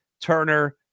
Turner